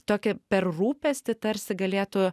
tokį per rūpestį tarsi galėtų